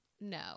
No